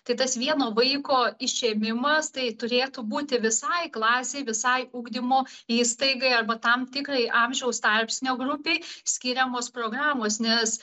tai tas vieno vaiko išėmimas tai turėtų būti visai klasei visai ugdymo įstaigai arba tam tikrai amžiaus tarpsnio grupei skiriamos programos nes